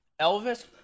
Elvis